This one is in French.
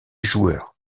joueur